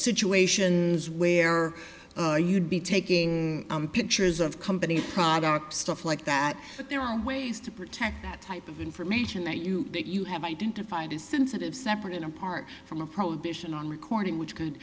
situations where you'd be taking pictures of company product stuff like that but there are ways to protect that type of information that you that you have identified as sensitive separate and apart from a prohibition on recording which could